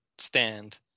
Stand